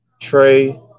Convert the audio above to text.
Trey